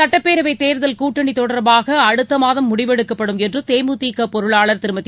சட்டப்பேரவை தேர்தல் கூட்டணி தொடர்பாக அடுத்த மாதம் முடிவெடுக்கப்படும் என்று தேமுதிக பொருளாளர் திருமதி